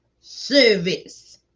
service